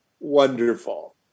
wonderful